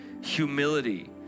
humility